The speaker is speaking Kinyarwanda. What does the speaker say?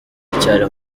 biracyari